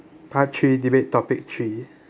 part three debate topic three